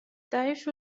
تعيش